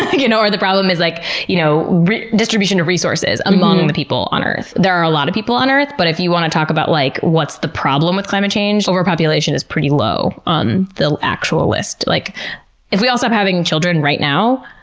you know, or the problem is like you know distribution of resources among the people on earth. there are a lot of people on earth, but if you want to talk about like what's the problem with climate change? overpopulation is pretty low on the actual list. like if if we all stop having children right now,